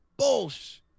bullsh